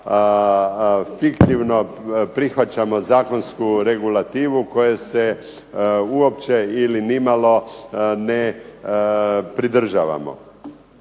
fiktivno prihvaćamo zakonsku regulativu koje se uopće ili nimalo ne pridržavamo.